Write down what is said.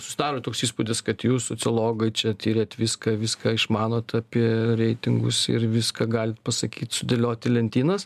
susidaro toks įspūdis kad jūs sociologai čia tylit viską viską išmanot apie reitingus ir viską galit pasakyt sudėlioti lentynas